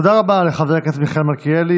תודה רבה לחבר הכנסת מיכאל מלכיאלי.